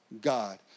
god